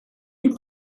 you